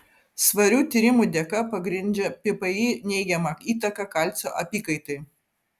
svarių tyrimų dėka pagrindžia ppi neigiamą įtaką kalcio apykaitai